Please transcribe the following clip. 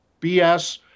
BS